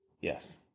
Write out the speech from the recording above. Yes